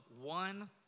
one